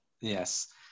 Yes